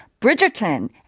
Bridgerton